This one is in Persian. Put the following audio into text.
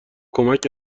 کمک